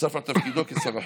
נוסף על תפקידו כשר החינוך,